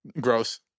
Gross